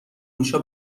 موشا